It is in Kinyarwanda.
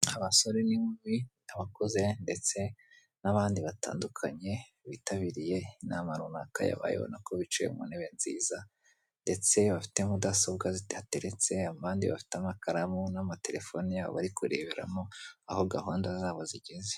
Abasore n'inkumi, abakuze ndetse n'abandi batandukanye bitabiriye inama runaka yabaye urababona ko bicaye mu ntebe nziza ndetse bafite mudasobwa zihateretse abandi bafite amakaramu n'amaterefoni yabo bari kureberamo aho gahunda zabo zigeze.